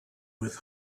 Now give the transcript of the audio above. with